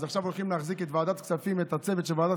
עכשיו הולכים להחזיק את הצוות של ועדת